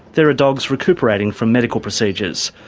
there are dogs recuperating from medical procedures.